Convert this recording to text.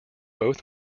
both